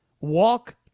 Walk